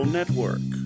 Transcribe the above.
Network